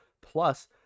Plus